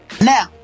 Now